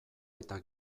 eta